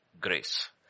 grace